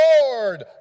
Lord